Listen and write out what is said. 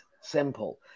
simple